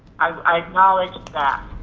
i acknowledge that.